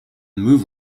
move